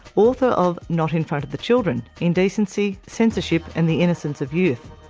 author of not in front of the children indecency, censorship and the innocence of youth',